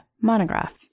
Monograph